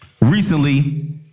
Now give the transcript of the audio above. recently